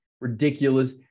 ridiculous